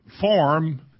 form